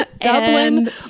Dublin